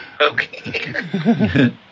Okay